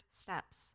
steps